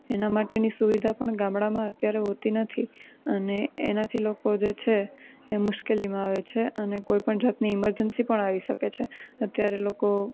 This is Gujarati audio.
એના માટેની સુવિધા પણ ગામડામાં અત્યારે હોતી નથી અને એનાથી લોકો જે છે એ મુશ્કેલીમાં આવે છે અને કોઈપણ જાતની ઇમરજન્સી પણ આવી શકે છે અત્યારે લોકો